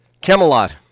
Camelot